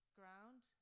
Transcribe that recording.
ground